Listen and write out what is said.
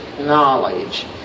knowledge